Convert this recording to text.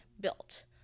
built